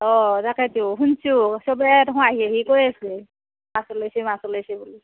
অ' তাকেইটো শুনিছোঁ সবেই দেখোন আহি আহি কৈ আছে মাছ ওলাইছে মাছ ওলাইছে বুলি